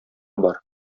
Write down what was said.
бар